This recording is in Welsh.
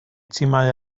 timau